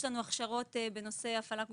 יש לנו הכשרות בנושא הפעלה גופנית,